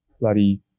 bloody